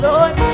Lord